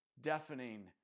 deafening